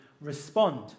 respond